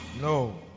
no